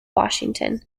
washington